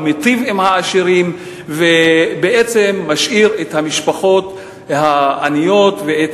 הוא מיטיב עם העשירים ומשאיר את המשפחות העניות ואת